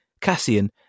cassian